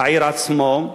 העיר עצמם,